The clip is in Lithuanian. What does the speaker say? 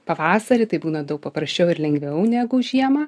pavasarį tai būna daug paprasčiau ir lengviau negu žiemą